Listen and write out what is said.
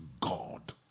god